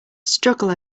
struggle